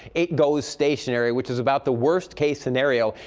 it goes stationary, which is about the worst case scenario.